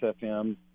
FM